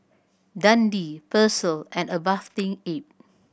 Dundee Persil and A Bathing Ape